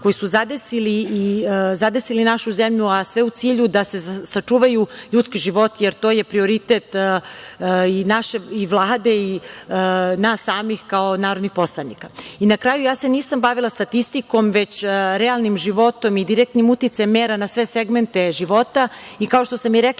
koji su zadesili našu zemlju, a sve u cilju da se sačuvaju ljudski životi, jer to je prioritet i Vlade i nas samih kao narodnih poslanika. Na kraju, ja se nisam bavila statistikom, već realnim životom i direktnim uticajem mera na sve segmente života i kao što sam i rekla